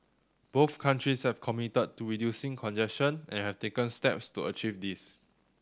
both countries have committed to reducing congestion and have taken steps to achieve this